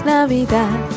Navidad